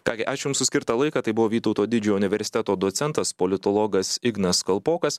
ką gi ačiū jums už skirtą laiką tai buvo vytauto didžiojo universiteto docentas politologas ignas kalpokas